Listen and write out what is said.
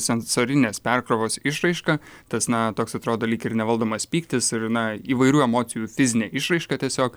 sensorinės perkrovos išraiška tas na toks atrodo lyg ir nevaldomas pyktis ir na įvairių emocijų fizinė išraiška tiesiog